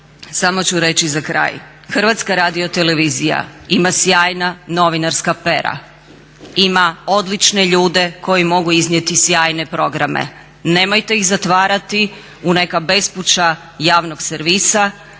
samo ću reći za kraj HRT ima sjajna novinarska pera, ima odlične ljudi koji mogu iznijeti sjajne programe. Nemojte ih zatvarati u neka bespuća javnog servisa,